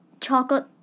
chocolate